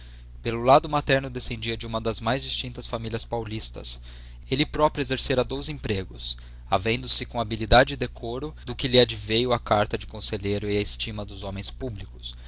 pelo lado materno descendia de uma das mais distintas famílias paulistas ele próprio exercera dois empregos havendo se com habilidade e decoro do que lhe adveio a carta de conselho e a estima dos homens públicos